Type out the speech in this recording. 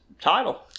title